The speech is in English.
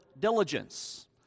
diligence